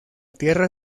tierra